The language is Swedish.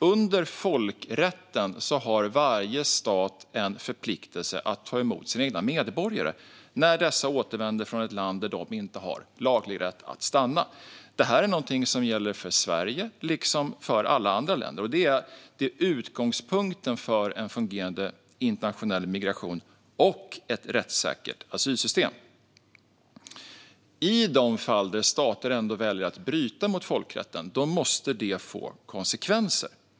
Under folkrätten har varje stat en förpliktelse att ta emot sina egna medborgare när dessa återvänder från ett land där de inte har laglig rätt att stanna. Detta gäller Sverige liksom alla andra länder och är utgångspunkten för en fungerande internationell migration och ett rättssäkert asylsystem. I de fall stater ändå väljer att bryta mot folkrätten måste det få konsekvenser.